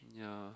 yeah